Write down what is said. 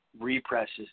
represses